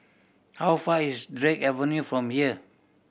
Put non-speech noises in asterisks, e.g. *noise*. how far is *unintelligible* Avenue from here